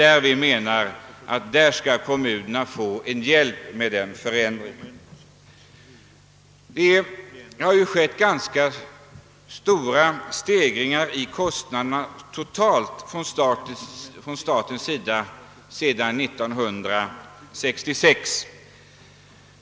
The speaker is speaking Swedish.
Statens kostnader för skatteutjämningsbidragen har totalt sett stigit rätt kraftigt sedan 1966.